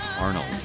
Arnold